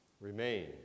Remain